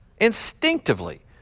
Instinctively